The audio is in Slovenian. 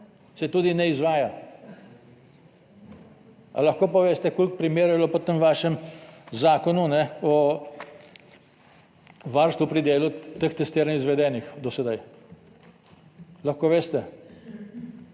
se tudi ne izvaja. Ali lahko poveste, koliko primerov je bilo po tem vašem Zakonu o varstvu pri delu teh testiranj izvedenih do sedaj? Lahko veste?